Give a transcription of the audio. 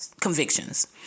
Convictions